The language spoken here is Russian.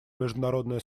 международное